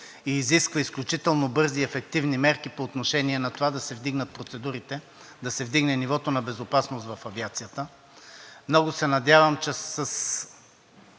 и изисква изключително бързи и ефективни мерки по отношение на това да се вдигнат процедурите, да се вдигне нивото на безопасност в авиацията. Много се надявам, че със